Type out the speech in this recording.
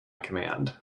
command